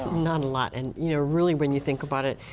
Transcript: not a lot. and you know really, when you think about it,